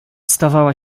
stawała